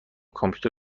کامپیوتر